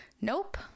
Nope